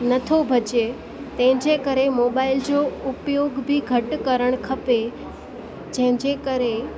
नथो बचे तंहिंजे करे मोबाइल जो उपयोग बि घटि करणु खपे जंहिंजे करे